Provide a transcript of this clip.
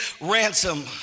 ransom